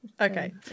okay